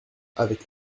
avec